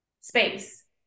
space